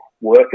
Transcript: work